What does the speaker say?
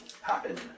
happen